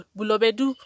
Bulobedu